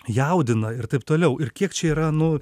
jaudina ir taip toliau ir kiek čia yra nu